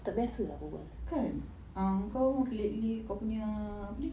kan ah kau lately kau punya apa ni